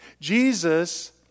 Jesus